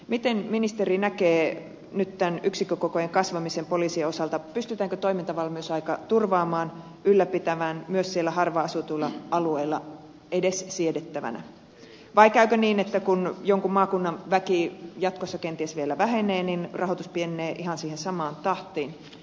miten ministeri näkee nyt tämän yksikkökokojen kasvamisen poliisin osalta pystytäänkö toimintavalmiusaika turvaamaan ylläpitämään myös siellä harvaanasutuilla alueilla edes siedettävänä vai käykö niin että kun jonkun maakunnan väki jatkossa kenties vielä vähenee niin rahoitus pienenee ihan siihen samaan tahtiin